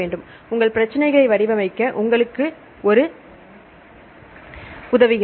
உங்கள் ஆராய்ச்சி பிரச்சனைகளை வடிவமைக்க உங்களுக்கு இது உதவுகிறது